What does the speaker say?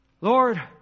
Lord